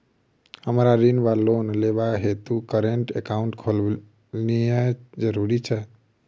हमरा ऋण वा लोन लेबाक हेतु करेन्ट एकाउंट खोलेनैय जरूरी छै?